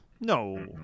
No